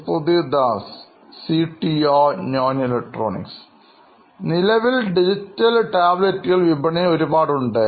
സുപ്രതിവ് Das CTO നോയിൻ electronics നിലവിൽ digital ടാബ്ലറ്റുകൾ വിപണിയിൽ ഒരുപാടുണ്ട്